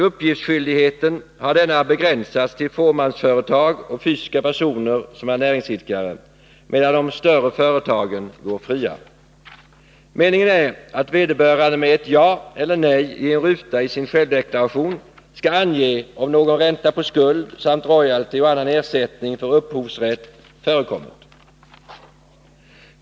Uppgiftsskyldigheten har begränsats till fåmansföretag och fysiska personer som är näringsidkare, medan de större företagen går fria. Meningen är att vederbörande med ett ”ja” eller ”nej” i en ruta i sin självdeklaration skall ange om någon ränta på skuld samt royalty och annan ersättning för upphovsrätt förekommit.